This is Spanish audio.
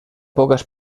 pocas